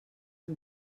amb